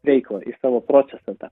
veiklą į savo procesą tą